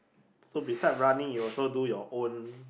so beside running you also do your own